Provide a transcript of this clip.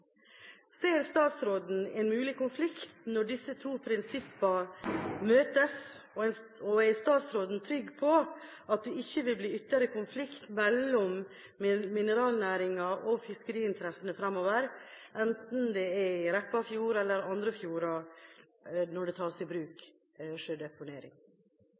Ser statsråden en mulig konflikt når disse to prinsippene møtes? Er statsråden trygg på at det ikke vil bli ytterligere konflikt mellom mineralnæringa og fiskeriinteressene framover, enten det er i Repparfjorden eller i andre fjorder, når det tas i bruk sjødeponering?